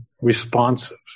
responsive